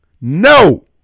No